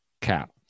Cap